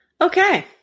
Okay